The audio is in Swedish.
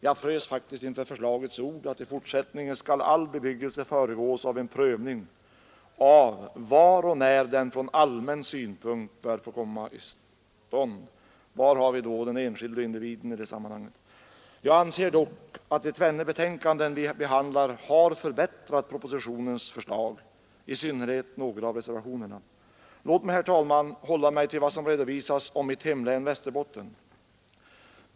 Jag frös inför förslagets ord att ”i fortsättningen skall all bebyggelse föregås av en prövning av var och när den från allmän synpunkt bör få komma till stånd”. Var har vi i det sammanhanget den enskilde individen? Jag anser dock att de tvenne betänkanden vi behandlar har förbättrat propositionens förslag — i synnerhet gäller det några av reservationerna. Låt mig, herr talman, hålla mig till vad som redovisas om mitt hemlän Västerbotten.